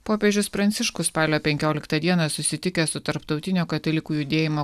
popiežius pranciškus spalio penkioliktą dieną susitikęs su tarptautinio katalikų judėjimo